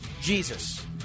Jesus